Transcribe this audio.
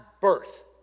birth